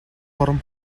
хором